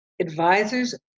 Advisors